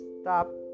stop